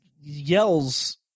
yells